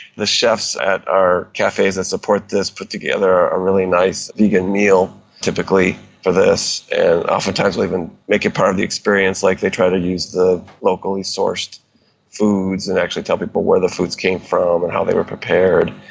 the chefs at our cafes that and support this put together a really nice vegan meal typically for this and oftentimes will even make it part of the experience, like they try to use the locally sourced foods and actually tell people where the foods came from and how they were prepared.